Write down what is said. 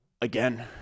Again